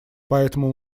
поэтому